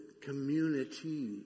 community